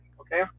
Okay